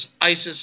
ISIS